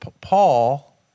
Paul